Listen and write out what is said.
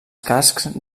cascs